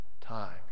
time